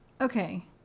Okay